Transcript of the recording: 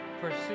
pursue